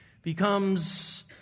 becomes